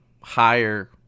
higher